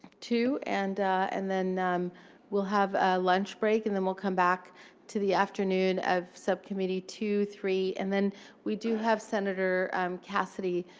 tu. and and then we'll have a lunch break. and then we'll come back to the afternoon of subcommittee two, three. and then we do have senator um cassidy,